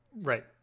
Right